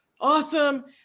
Awesome